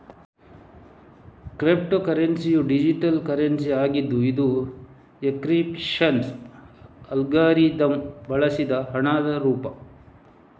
crypto ಕರೆನ್ಸಿಯು digital currency ಆಗಿದ್ದು ಇದು ಎನ್ಕ್ರಿಪ್ಶನ್ ಅಲ್ಗಾರಿದಮ್ ಬಳಸಿದ ಹಣದ ರೂಪ